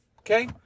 Okay